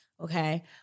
Okay